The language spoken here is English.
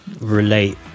relate